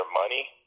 money